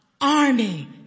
army